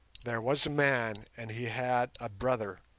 there was a man and he had a brother,